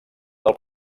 del